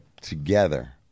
together